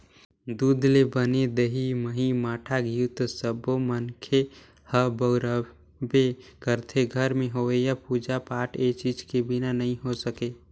दूद ले बने दही, मही, मठा, घींव तो सब्बो मनखे ह बउरबे करथे, घर में होवईया पूजा पाठ ए चीज के बिना नइ हो सके